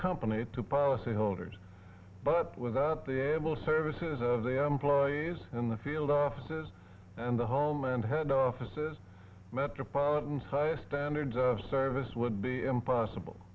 company to policyholders but without the able services of the employees in the field offices and the home and head offices metropolitan high standards of service would be impossible